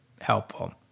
helpful